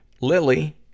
Lily